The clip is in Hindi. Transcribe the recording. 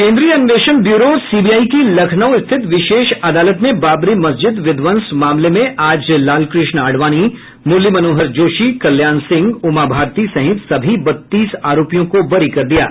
केन्द्रीय अन्वेषण ब्यूरो सीबीआई की लखनऊ स्थित विशेष अदालत ने बाबरी मस्जिद विध्वंस मामले में आज लालकृष्ण आडवाणी मुरली मनोहर जोशी कल्याण सिंह उमा भारती सहित सभी बत्तीस आरोपियों को बरी कर दिया है